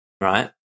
right